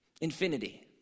Infinity